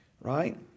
Right